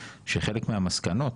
שחלק מהמסקנות